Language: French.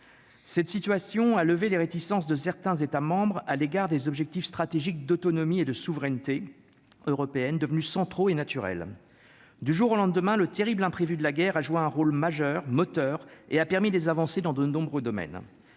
cette situation à lever les réticences de certains États membres à l'égard des objectifs stratégiques d'autonomie et de souveraineté européenne devenue centraux et naturel du jour au lendemain, le terrible imprévu de la guerre, a joué un rôle majeur, moteur et a permis des avancées dans de nombreux domaines,